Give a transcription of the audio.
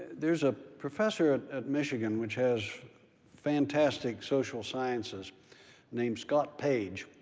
there's a professor at at michigan which has fantastic social sciences named scott page.